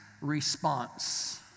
response